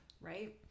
right